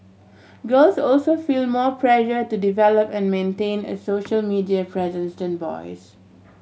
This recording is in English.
girls also feel more pressure to develop and maintain a social media presence than boys